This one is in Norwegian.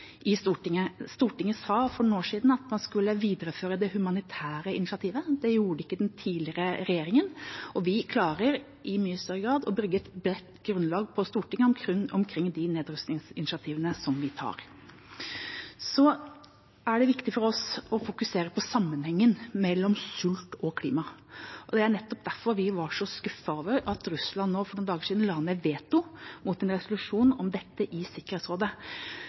i Stortinget. Stortinget sa for noen år siden at man skulle videreføre det humanitære initiativet. Det gjorde ikke den tidligere regjeringa, og vi klarer i mye større grad å bygge et bredt grunnlag på Stortinget omkring de nedrustningsinitiativene vi tar. Det er viktig for oss å fokusere på sammenhengen mellom sult og klima. Det er nettopp derfor vi var så skuffet over at Russland for noen dager siden la ned veto mot en resolusjon om dette i Sikkerhetsrådet.